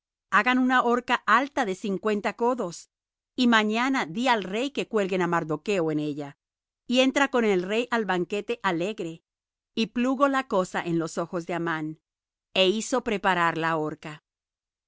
hagan una horca alta de cincuenta codos y mañana di al rey que cuelguen á mardocho en ella y entra con el rey al banquete alegre y plugo la cosa en los ojos de amán é hizo preparar la horca